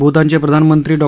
भूतानचे प्रधानमंत्री डॉ